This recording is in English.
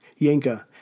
Yenka